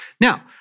Now